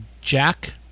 Jack